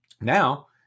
Now